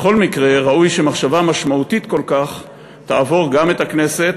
בכל מקרה ראוי שמחשבה משמעותית כל כך תעבור גם את הכנסת,